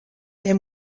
him